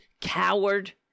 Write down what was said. coward